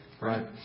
Right